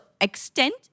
extent